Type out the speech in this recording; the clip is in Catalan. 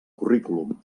currículum